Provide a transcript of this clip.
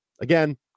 again